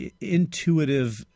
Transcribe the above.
intuitive